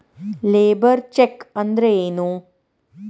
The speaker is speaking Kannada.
ಲೇಬರ್ ಚೆಕ್ ಅಂದ್ರ ಏನು?